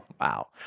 Wow